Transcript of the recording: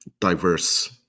diverse